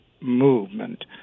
movement